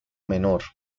menor